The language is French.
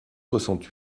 soixante